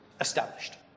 established